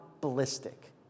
ballistic